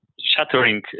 shattering